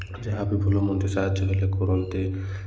ଯାହା ବି ଭଲ ମନ୍ଦ ସାହାଯ୍ୟ ହେଲେ କରନ୍ତି